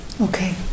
Okay